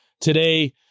today